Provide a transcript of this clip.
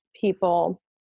people